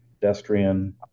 pedestrian